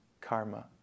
karma